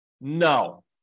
No